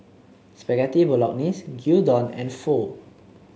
Spaghetti Bolognese Gyudon and Pho